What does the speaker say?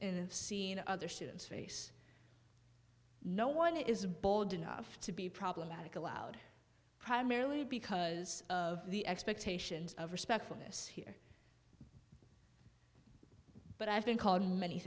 in seeing other students face no one is a bold enough to be problematic allowed primarily because of the expectations of respect for this here but i've been called many